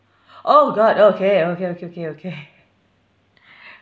oh god okay okay okay okay okay